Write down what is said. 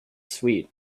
sweet